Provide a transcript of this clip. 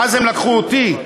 ואז הם לקחו אותי,